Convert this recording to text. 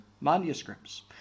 manuscripts